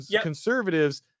conservatives